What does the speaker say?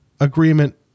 agreement